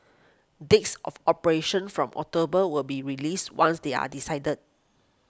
dates of operation from October will be released once they are decided